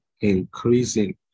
increasing